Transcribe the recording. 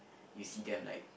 you see them like